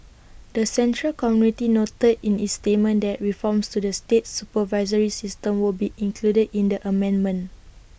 the central committee noted in its statement that reforms to the state supervisory system would be included in the amendment